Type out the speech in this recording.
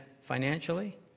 financially